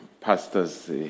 pastors